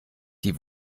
die